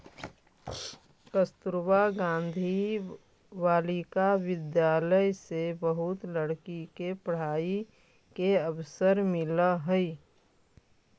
कस्तूरबा गांधी बालिका विद्यालय से बहुत लड़की के पढ़ाई के अवसर मिलऽ हई